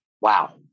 Wow